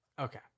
Okay